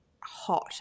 hot